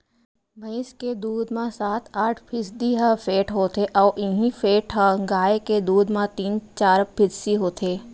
भईंस के दूद म सात आठ फीसदी ह फेट होथे अउ इहीं फेट ह गाय के दूद म तीन चार फीसदी होथे